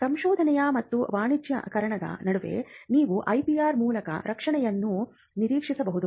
ಸಂಶೋಧನೆ ಮತ್ತು ವಾಣಿಜ್ಯೀಕರಣದ ನಡುವೆ ನೀವು ಐಪಿಆರ್ ಮೂಲಕ ರಕ್ಷಣೆಯನ್ನು ನಿರೀಕ್ಷಿಸಬಹುದು